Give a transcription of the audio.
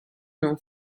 non